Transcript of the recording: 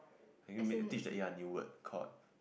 can you meet teach the A_I a new word called